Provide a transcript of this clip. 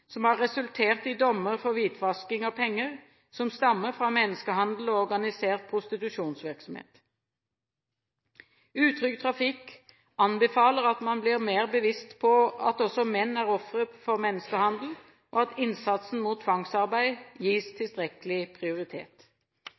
som har resultert i dommer for hvitvasking av penger som stammer fra menneskehandel og organisert prostitusjonsvirksomhet. «Utrygg trafikk» anbefaler at man blir mer bevisst på at også menn er ofre for menneskehandel, og at innsatsen mot tvangsarbeid gis tilstrekkelig prioritet.